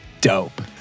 dope